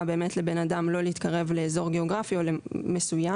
באמת לבן אדם לא להתקרב לאזור גיאוגרפי מסוים.